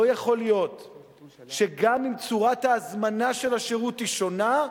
לא יכול להיות שגם אם צורת ההזמנה של השירות שונה,